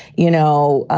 you know,